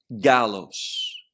gallows